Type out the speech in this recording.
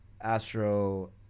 Astro